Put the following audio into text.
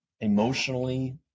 emotionally